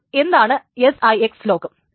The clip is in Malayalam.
അപ്പോൾ എന്താണ് SIX ലോക്ക്